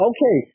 Okay